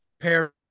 pair